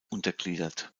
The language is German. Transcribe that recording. untergliedert